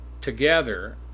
together